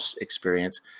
experience